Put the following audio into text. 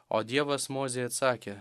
o dievas mozei atsakė